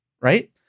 right